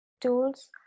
tools